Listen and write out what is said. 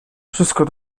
wszystko